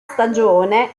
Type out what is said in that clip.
stagione